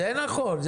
זה נכון.